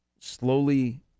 slowly